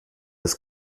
ist